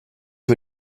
que